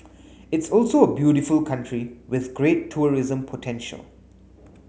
it's also a beautiful country with great tourism potential